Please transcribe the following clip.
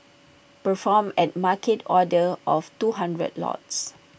perform A market order of two hundred lots